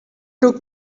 took